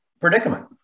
predicament